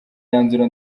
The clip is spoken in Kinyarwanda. mwanzuro